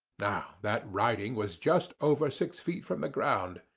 now that writing was just over six feet from the ground.